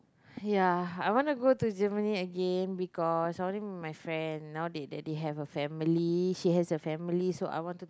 ya I want to go to Germany again because I telling my friend now that they have a family she has a family so I wanted to